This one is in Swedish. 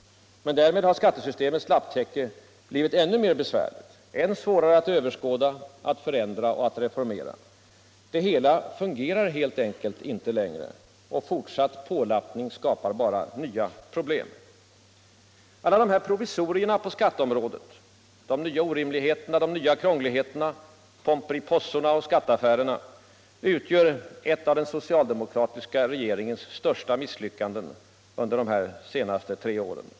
Men därmed har skattesystemets lapptäcke blivit än mer besvärligt, än svårare att överskåda och att förändra och reformera. Det hela fungerar helt enkelt inte längre. Och fortsatt pålappning skapar bara nya problem. Alla dessa provisorier på skatteområdet — de nya orimligheterna, de nya krångligheterna, Pomperipossorna och skatteaffärerna — utgör ett av de socialdemokratiska regeringens största misslyckanden under dessa tre år.